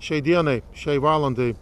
šiai dienai šiai valandai